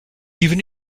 even